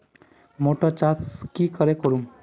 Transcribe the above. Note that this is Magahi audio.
मोटर चास की करे करूम?